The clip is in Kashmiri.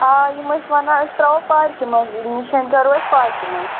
آ یِم ٲسۍ وَنان أسۍ ترٛاوو پارکہِ منٛز نِشٲنۍ کَرو أسۍ پارکہِ منٛز